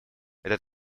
этот